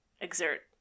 exert